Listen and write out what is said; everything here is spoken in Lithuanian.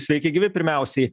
sveiki gyvi pirmiausiai